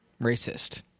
racist